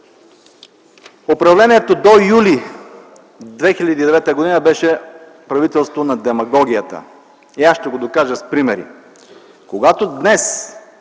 Управлението до м. юли 2009 г. беше на правителство на демагогията и аз ще го докажа с примери. Когато днес